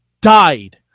died